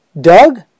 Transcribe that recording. Doug